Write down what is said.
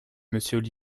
monsieur